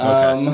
Okay